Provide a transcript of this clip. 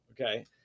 Okay